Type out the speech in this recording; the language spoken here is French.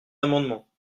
amendement